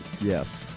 yes